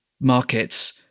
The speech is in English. markets